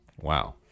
wow